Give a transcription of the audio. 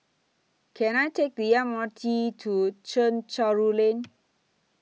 Can I Take The M R T to Chencharu Lane